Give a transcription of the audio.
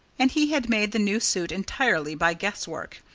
and he had made the new suit entirely by guesswork.